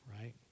right